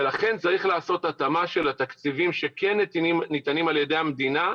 ולכן צריך לעשות התאמה של התקציבים שכן ניתנים על ידי המדינה,